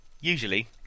Usually